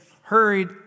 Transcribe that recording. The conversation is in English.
hurried